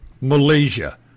Malaysia